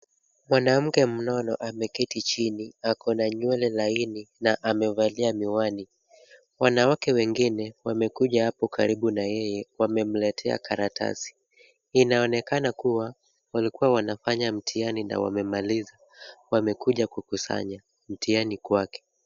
Mwanamke mnono ameketi chini, ako na nywele laini na amevalia miwani. Wanawake wengine wamekuja apo karibu na yeye wamemletea karatasi. Inaonekana kuwa, walikuwa wanafanya mtihani na wamemaliza, wamekuja kukunyasa mtihani kwake.